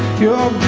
you,